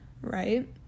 right